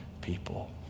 people